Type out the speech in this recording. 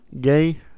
gay